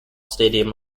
stadium